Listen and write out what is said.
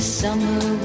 summer